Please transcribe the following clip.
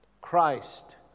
Christ